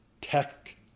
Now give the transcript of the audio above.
tech